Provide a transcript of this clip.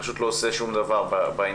פשוט לא עושה שום דבר בעניין,